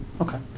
Okay